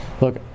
look